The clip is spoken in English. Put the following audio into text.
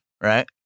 right